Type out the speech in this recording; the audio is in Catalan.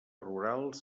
rurals